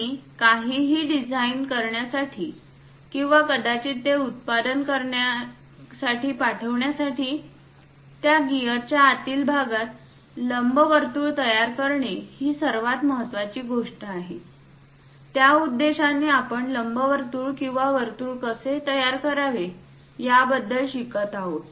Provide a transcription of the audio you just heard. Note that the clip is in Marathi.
आणि काहीही डिझाइन करण्यासाठी किंवा कदाचित ते उत्पादनाकरिता पाठवण्यासाठी त्या गियरच्या आतील भागात लंबवर्तुळ तयार करणे ही सर्वात महत्वाची गोष्ट आहे त्या उद्देशाने आपण लंबवर्तुळ किंवा वर्तुळ कसे तयार करावे याबद्दल शिकत आहोत